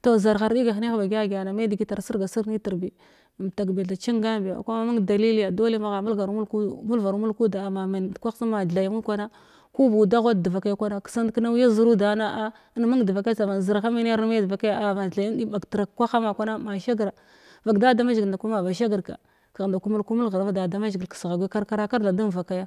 toh zarha ardiga hennah ba gyagyan me digit ar sirga sirg nitr bi mtakbi tha cingan biya ka ma mung daliliya dole magha mulgaru ku-a mulvaru mulg kuda ama men dekwah tsum ma thaya mung kwana kedant karnauyi zira dana á in mung devakai thaɓa zarha mena arme devakai a ma the in ɓagtra kwaha ma kwana ma shagra vak da damazhigil nda kwa ma ba shagrka kagh nda ku mulku mulg ghrava da damazhigil kiskegha guya karkarakarg tha damvakaya